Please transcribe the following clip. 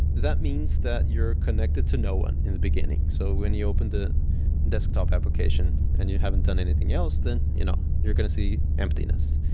that means that you're connected to no one in the beginning. so when you open the desktop application and you haven't done anything else than you know you're going to see emptiness.